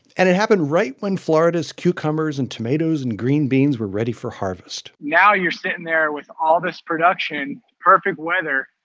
and it happened right when florida's cucumbers and tomatoes and green beans were ready for harvest now you're sitting there with all this production, perfect weather.